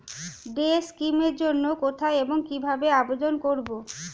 Day scheme এর জন্য কোথায় এবং কিভাবে আবেদন করব?